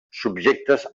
subjectes